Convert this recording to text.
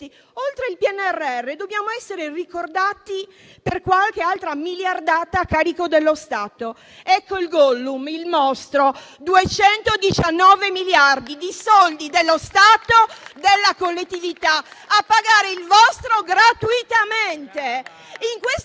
Oltre al PNRR, dobbiamo essere ricordati per qualche altra miliardata a carico dello Stato. Ecco il Gollum, il mostro: 219 miliardi di soldi dello Stato, della collettività, a pagare il vostro "gratuitamente".